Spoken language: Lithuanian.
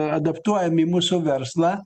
adaptuojam į mūsų verslą